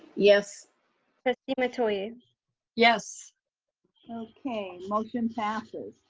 yes trustee metoyer yes okay, motion passes.